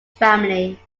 family